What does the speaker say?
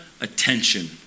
attention